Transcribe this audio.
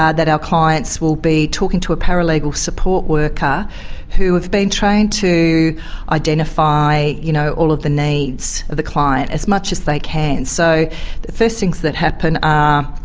ah that our clients will be talking to a paralegal support worker who have been trained to identify, you know, all of the needs of the client as much as they can. so the first things that happen are,